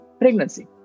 pregnancy